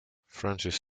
francis